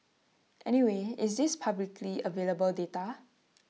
anyway is this publicly available data